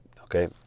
okay